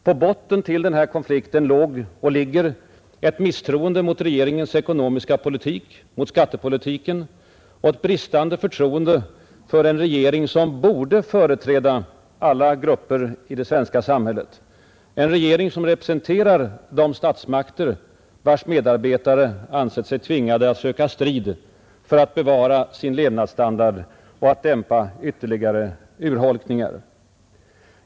På botten av den här konflikten låg och ligger ett misstroende mot regeringens ekonomiska politik, mot skattepolitiken, och ett bristande förtroende för en regering som borde företräda alla grupper i det svenska samhället, en regering som representerar de statsmakter vars medarbetare ansett sig tvingade att söka strid för att bevara sin levnadsstandard och dämpa ytterligare urholkningar.